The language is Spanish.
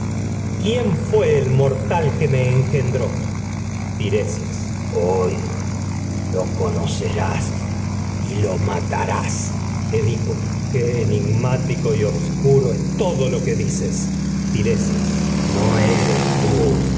quién fué el mortal que me engendró tiresias hoy lo conocerás enigmático y y lo matarás es edipo dices qué obscuro todo lo que tiresias no eres tú